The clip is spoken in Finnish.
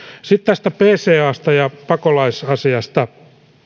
sitten tästä pcasta ja pakolaisasiasta